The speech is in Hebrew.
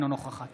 אינה נוכחת